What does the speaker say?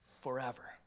forever